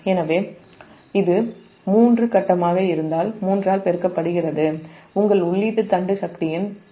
எனவே இது மூன்று ஃபேஸ் ஆக இருந்தால் 3 ஆல் பெருக்கப்படுகிறது உங்கள் உள்ளீட்டு தண்டு சக்தியின் 940